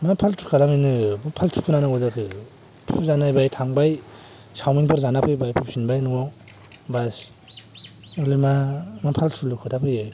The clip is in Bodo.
मा फालथु खालामहैनो मा फालथु खोनानांगौ जाखो फुजा नायबाय थांबाय सावमिनफोर जाना फैबाय फैफिनबाय न'आव बास बेयावलाय मा फालथुल' खोथा फैयो